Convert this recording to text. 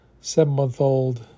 seven-month-old